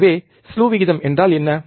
எனவே ஸ்லூ விகிதம் என்றால் என்ன